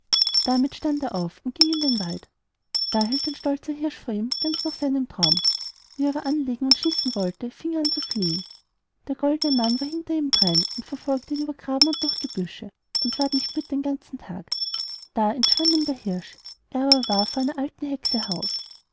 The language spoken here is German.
damit stund er auf und ging in den wald da hielt ein stolzer hirsch vor ihm ganz nach seinem traum wie er aber anlegen und schießen wollte fing er an zu fliehen der goldene mann war hinter ihm drein und verfolgte ihn über graben und durch gebüsche und ward nicht müd den ganzen tag da entschwand ihm der hirsch er aber war vor einer alten hexe haus